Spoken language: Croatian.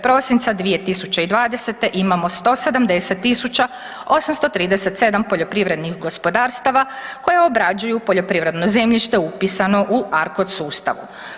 Prosinca 2020. imamo 170.837 poljoprivrednih gospodarstava koje obrađuju poljoprivredno zemljište upisano u ARKOD sustavu.